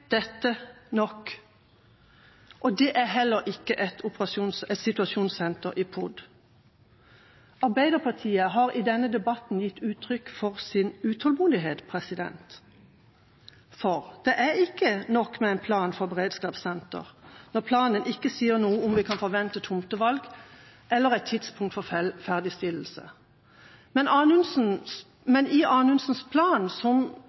nok, og det er heller ikke et situasjonssenter i POD. Vi i Arbeiderpartiet har i denne debatten gitt uttrykk for vår utålmodighet. Det er ikke nok med en plan for beredskapssenter, når planen ikke sier noe om når vi kan forvente tomtevalg eller et tidspunkt for ferdigstillelse. Når det gjelder Anundsens plan, som